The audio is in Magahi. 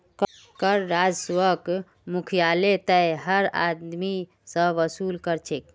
कर राजस्वक मुख्यतयः हर आदमी स वसू ल छेक